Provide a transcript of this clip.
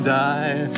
die